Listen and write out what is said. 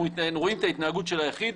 אנחנו רואים את ההתנהגות של היחיד,